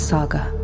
Saga